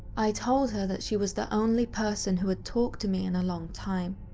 i told her that she was the only person who had talked to me in a long time.